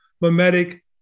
mimetic